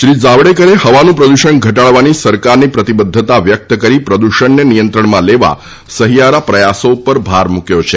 શ્રી જાવડેકરે હવાનું પ્રદૂષણ ઘટાડવાની સરકારની પ્રતિબદ્વતા વ્યક્ત કરી પ્રદૃષણનો નિયંત્રણ લેવા સહિયારા પ્રયાસો ઉપર ભાર મૂક્વો હતો